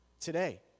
today